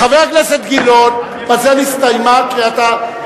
חבר הכנסת גילאון, בזה נסתיימה קריאתך.